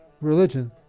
Religion